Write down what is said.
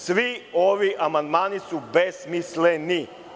Svi ovi amandmani su besmisleni.